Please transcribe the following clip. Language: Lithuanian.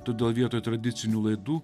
todėl vietoj tradicinių laidų